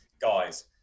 guys